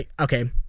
okay